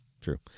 True